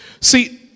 See